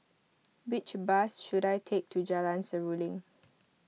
which bus should I take to Jalan Seruling